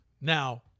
Now